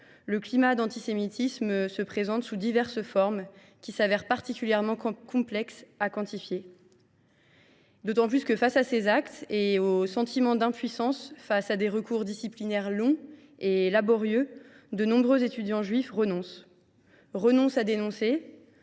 le climat d’antisémitisme se présente sous diverses formes, qui s’avèrent particulièrement complexes à quantifier. Face à ces actes et au sentiment d’impuissance, face à des recours disciplinaires longs et laborieux, de nombreux étudiants juifs renoncent à dénoncer